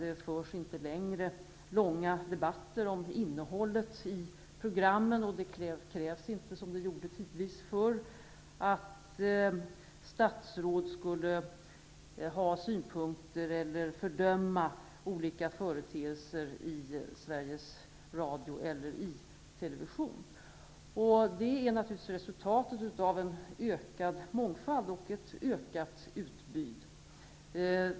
Det förs inte längre långa debatter om innehållet i programmen. Det krävs inte, som det tidvis gjorde förr, att statsråd skall ha synpunkter på eller fördöma olika företeelser i Sveriges Radio eller i televisionen. Det är naturligtvis resultatet av en ökad mångfald och ett ökat utbud.